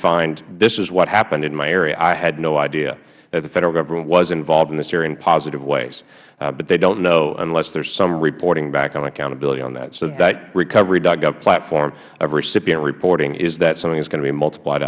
find this is what happened in my area i had no idea that the federal government was involved in this area in positive ways but they dont know unless there is some reporting back on accountability on that so that recovery gov platform of recipient reporting is that something that is going to be multiplied